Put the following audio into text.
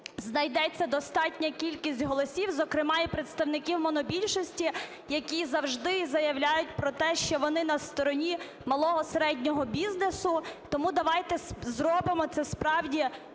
знайдеться достатня кількість голосів, зокрема і представників монобільшості, які завжди заявляють про те, що вони на стороні малого і середнього бізнесу. Тому давайте зробимо це справді своїми